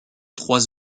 trois